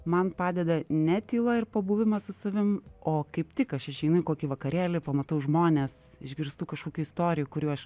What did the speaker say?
man padeda ne tyla ir pabuvimas su savim o kaip tik aš išeinu į kokį vakarėlį pamatau žmones išgirstu kažkokių istorijų kurių aš